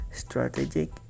strategic